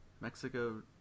Mexico